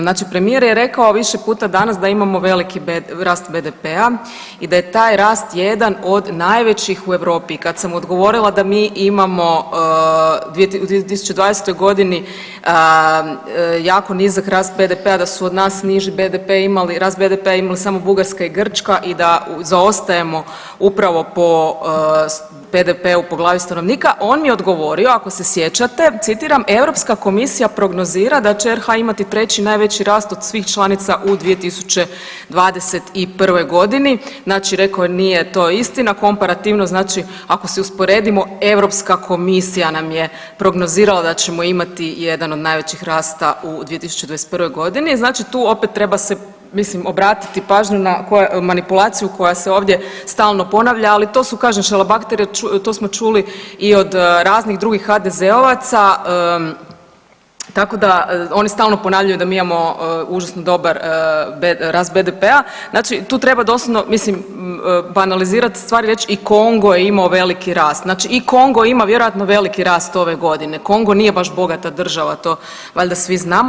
Znači premijer je rekao više puta danas da imamo veliki rast BDP-a i da je taj rast jedan od najvećih u Europi i kad sam mu odgovorila da mi imamo u 2020.g. jako nizak rast BDP-a da su od nas niži BDP imali, rast BDP-a imali samo Bugarska i Grčka i da zaostajemo upravo po BDP-u po glavi stanovniku, on mi je odgovorio ako se sjećate, citiram, Europska komisija prognozira da će RH imati treći najveći rast od svih članica u 2021.g., znači rekao je nije to istina, komparativno znači ako si usporedimo Europska komisija nam je prognozirala da ćemo imati jedan od najvećih rasta u 2021.g., znači tu opet treba se mislim obratiti pažnju na manipulaciju koja se ovdje stalno ponavlja, ali to su kažem šalabahteri, to smo čuli i od raznih drugih HDZ-ovaca, tako da oni stalno ponavljaju da mi imamo užasno dobar rast BDP-a, znači tu treba doslovno mislim banalizirati stvari i reć i Kongo je imao veliki rast, znači i Kongo ima vjerojatno veliki rast ove godine, Kongo nije baš bogata država, to valja svi znamo.